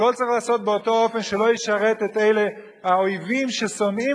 הכול צריך להיעשות באותו אופן שלא ישרת את אלה האויבים ששונאים